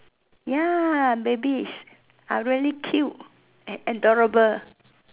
ya baby is are really cute and adorable